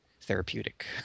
therapeutic